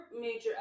major